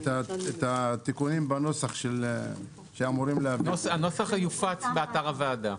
הנוסח יופץ באתר הוועדה.